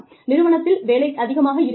நிறுவனத்தில் வேலை அதிகமாக இருக்கக் கூடும்